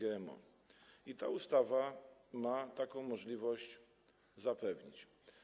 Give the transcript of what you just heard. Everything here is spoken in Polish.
I ta ustawa ma taką możliwość zapewnić.